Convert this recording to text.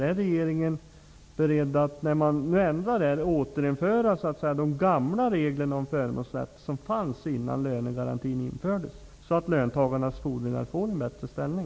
Är regeringen beredd att återinföra de gamla reglerna för förmånsrätt som fanns innan lönegarantin infördes, så att löntagarnas fordringar får en bättre ställning?